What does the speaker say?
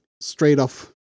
straight-off